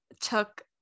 took